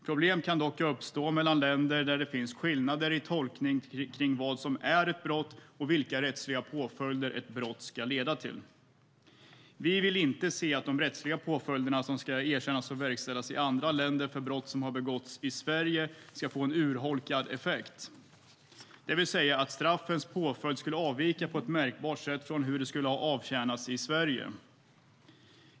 Problem kan dock uppstå mellan länder när det finns skillnader i tolkning kring vad som är ett brott och vilka rättsliga påföljder ett brott ska leda till. Vi vill inte se att de rättsliga påföljder som ska erkännas och verkställas i andra länder för brott som begåtts i Sverige ska få en urholkad effekt, det vill säga att straffens påföljd skulle avvika på ett märkbart sätt från hur de skulle ha avtjänats i Sverige.